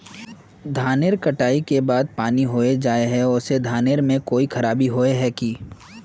धानेर कटाई के बाद बारिश होबे जाए है ओ से धानेर में कोई खराबी होबे है की?